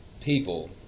people